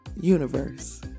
universe